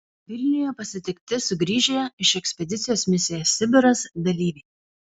vilniuje pasitikti sugrįžę ekspedicijos misija sibiras dalyviai